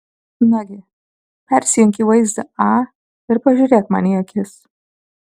nagi persijunk į vaizdą a ir pažiūrėk man į akis